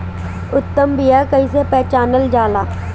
उत्तम बीया कईसे पहचानल जाला?